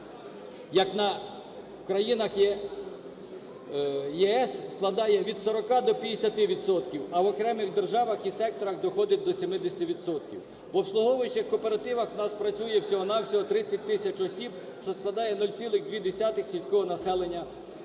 як в країнах ЄС складає від 40 до 50 відсотків, а в окремих державах і секторах доходить до 70 відсотків. В обслуговуючих кооперативах у нас працює всього-на-всього 30 тисяч осіб, що складає 0,2 сільського населення України.